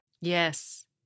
Yes